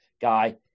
guy